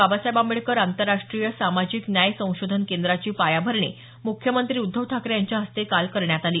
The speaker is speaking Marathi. बाबासाहेब आंबेडकर आंतरराष्ट्रीय सामाजिक न्याय संशोधन केंद्राची पायाभरणी मुख्यमंत्री उद्धव ठाकरे यांच्या हस्ते काल करण्यात आली